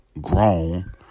grown